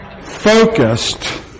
focused